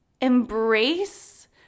Embrace